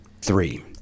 three